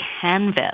canvas